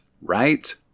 right